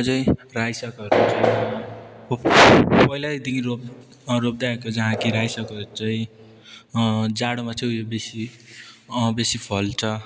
अझै रायो सागहरू पहिलैदेखि रोप्दै आएको जहाँ कि रायो सागहरू चाहिँ जाडोमा चाहिँ उयो बेसी बेसी फल्छ